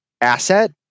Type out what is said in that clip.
asset